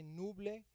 nuble